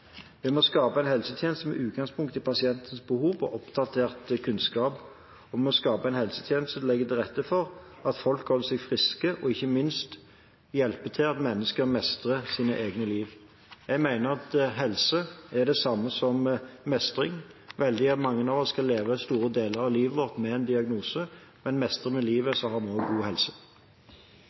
Vi må skape en helsetjeneste med utgangspunkt i pasientenes behov og oppdatert kunnskap. Vi må skape en helsetjeneste som legger til rette for at folk holder seg friske, og ikke minst bidrar til at mennesker mestrer sitt eget liv. Jeg mener at helse er det samme som mestring. Veldig mange skal leve store deler av livet sitt med en diagnose. Men mestrer vi livet, har vi også en god helse.